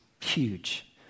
huge